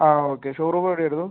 ആ okay showroom എവിടെ ആയിരുന്നു